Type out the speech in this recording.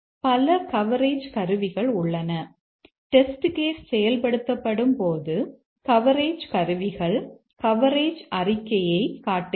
பல கவரேஜ் கருவிகள் உள்ளன டெஸ்ட் கேஸ் செயல்படுத்தப்படும் போது கவரேஜ் கருவிகள் கவரேஜ் அறிக்கையைக் காட்டுகிறது